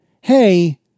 hey